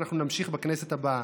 ואנחנו נמשיך בכנסת הבאה.